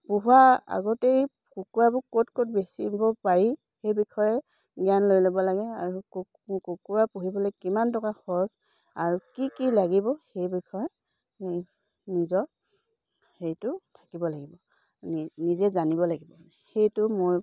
পোহোৱা আগতেই কুকুৰাবোৰ ক'ত ক'ত বেচিব পাৰি সেই বিষয়ে জ্ঞান লৈ ল'ব লাগে আৰু কুকুৰা পুহিবলে কিমান টকা খৰচ আৰু কি কি লাগিব সেই বিষয়ে নিজৰ সেইটো থাকিব লাগিব নিজে জানিব লাগিব সেইটো মোৰ